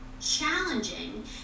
challenging